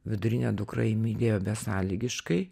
vidurinė dukra jį mylėjo besąlygiškai